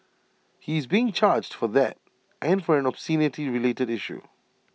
he is being charged for that and for an obscenity related issue